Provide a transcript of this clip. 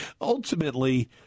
ultimately